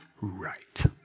right